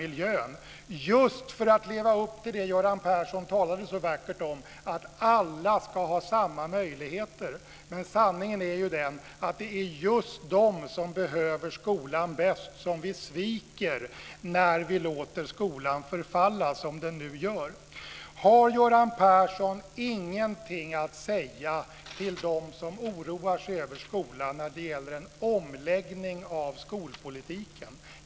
Det gör de just för att leva upp till det Göran Persson talade så vackert om, att alla ska ha samma möjligheter. Sanningen är den att det är just de som behöver skolan bäst som vi sviker när vi låter skolan förfalla som den nu gör. Har Göran Persson ingenting att säga till de som oroar sig över skolan när det gäller en omläggning av skolpolitiken.